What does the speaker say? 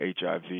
HIV